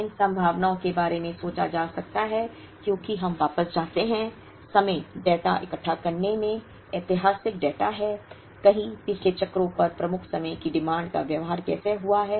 इन संभावनाओं के बारे में सोचा जा सकता है क्योंकि हम वापस जाते हैं समय डेटा इकट्ठा करने में ऐतिहासिक डेटा है कई पिछले चक्रों पर प्रमुख समय की मांग का व्यवहार कैसे हुआ है